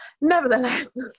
Nevertheless